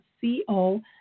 C-O